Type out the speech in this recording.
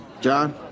John